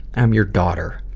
i'm your daughter.